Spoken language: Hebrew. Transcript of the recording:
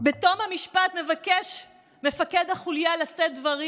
בתום המשפט מבקש מפקד החוליה לשאת דברים.